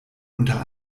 unter